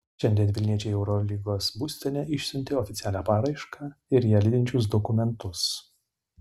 šiandien vilniečiai į eurolygos būstinę išsiuntė oficialią paraišką ir ją lydinčius dokumentus